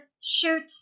shoot